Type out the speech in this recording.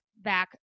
back